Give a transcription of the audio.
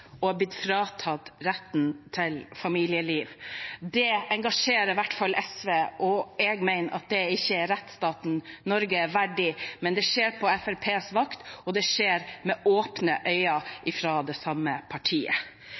og er blitt fratatt retten til familieliv. Det engasjerer i hvert fall SV, og jeg mener at det ikke er rettsstaten Norge verdig, men det skjer på Fremskrittspartiets vakt, og det skjer med åpne øyne fra det samme partiet.